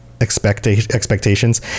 expectations